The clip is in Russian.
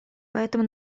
поэтому